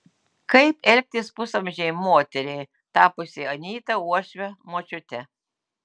kaip elgtis pusamžei moteriai tapusiai anyta uošve močiute